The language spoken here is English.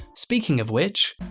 speaking of which.